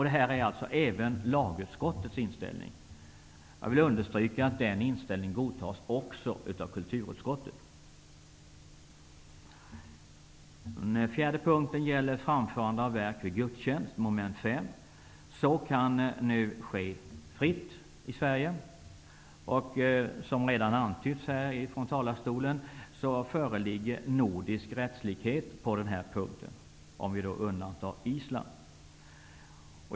Det är också lagutskottets inställning. Dessutom vill jag understryka att denna ställning intas också av kulturutskottet. Den fjärde punkten gäller framförande av verk vid gudstjänst, mom. 5. Så kan nu ske fritt i Sverige. Som det redan har antytts i debatten föreligger nordisk rättslikhet på denna punkt, om vi undantar Island.